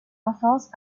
enfance